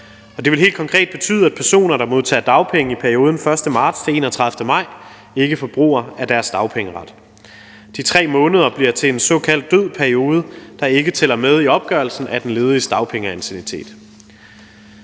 Det vil helt konkret betyde, at personer, der modtager dagpenge i perioden 1. marts til 31. maj ikke forbruger af deres dagpengeret. De 3 måneder bliver til en såkaldt død periode, der ikke tæller med i opgørelsen af den lediges dagpengeanciennitet.